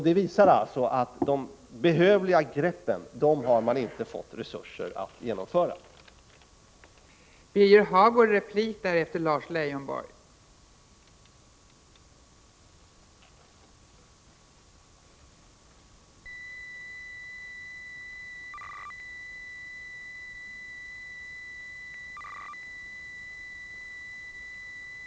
Det visar att man inte har fått resurser att genomföra de nödvändiga åtgärderna.